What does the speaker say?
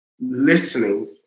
listening